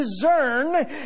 discern